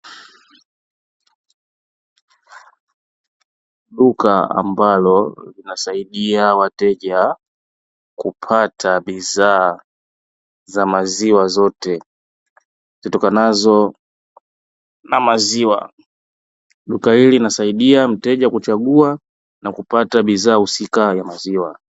Duka ambalo linasaidia wateja kupata bidhaa za maziwa zote zitokanazo na maziwa, duka hili linasaidia mteja kuchagua na kupata bidhaa husika ya maziwa.